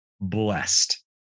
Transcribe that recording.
blessed